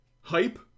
hype